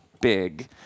big